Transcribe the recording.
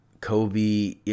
Kobe